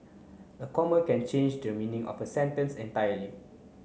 a comma can change the meaning of a sentence entirely